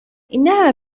إنها